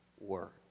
work